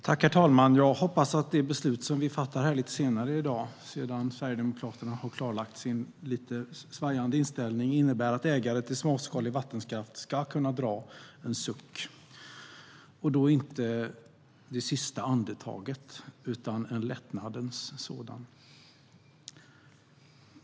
Herr talman! Jag hoppas att det beslut som vi fattar här lite senare i dag - sedan Sverigedemokraterna har klargjort sin lite svajande inställning - innebär att ägare till småskalig vattenkraft kan dra en suck, och då inte det sista andetaget utan en lättnadens suck.